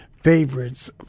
favorites